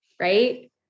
Right